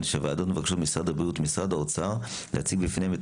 שהוועדות מבקשות ממשרד הבריאות ומשרד האוצר להציג בפניהן את